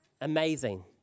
amazing